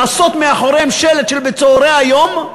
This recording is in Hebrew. לעשות מאחוריהם שלט של "בצהרי היום",